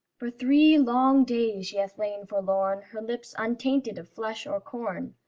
for three long days she hath lain forlorn, her lips untainted of flesh or corn,